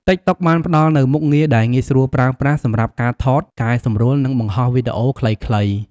តិកតុកបានផ្ដល់នូវមុខងារដែលងាយស្រួលប្រើប្រាស់សម្រាប់ការថត កែសម្រួល និងបង្ហោះវីដេអូខ្លីៗ។